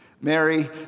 Mary